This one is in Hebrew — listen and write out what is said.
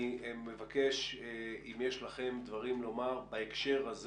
אני מבקש אם יש לכם דברים לומר בהקשר הזה